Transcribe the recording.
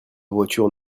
voiture